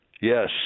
Yes